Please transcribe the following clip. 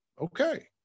Okay